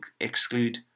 exclude